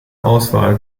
auswahl